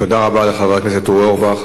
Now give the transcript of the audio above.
תודה רבה לחבר הכנסת אורי אורבך.